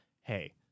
hey